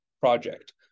project